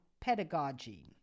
pedagogy